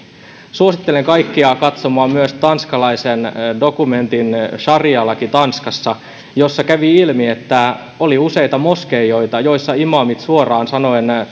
suosittelen kaikkia katsomaan myös tanskalaisen dokumentin sarialakia tanskassa jossa kävi ilmi että oli useita moskeijoita joissa imaamit suoraan sanoen